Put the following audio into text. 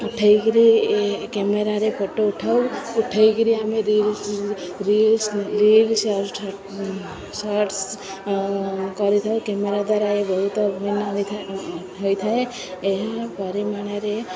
ଉଠାଇ କରି କ୍ୟାମେରାରେ ଫଟୋ ଉଠାଉ ଉଠାଇ କରି ଆମେ ରିଲ୍ସ ସର୍ଟସ କରିଥାଉ କ୍ୟାମେରା ଦ୍ୱାରା ଏ ବହୁତ ଭିନ୍ନ ଥାଏ ହୋଇଥାଏ ଏହା ପରିମାଣରେ